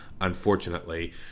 unfortunately